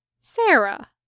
Sarah